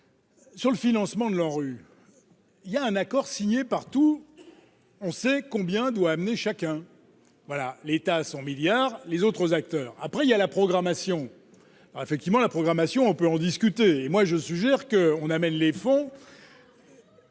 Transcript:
Sur le financement de l'ANRU il y a un accord signé par tous, on sait combien doit amener chacun : voilà l'État à 100 milliards les autres acteurs, après il y a la programmation alors effectivement la programmation, on peut en discuter, et moi je suggère qu'on appelle les fonds.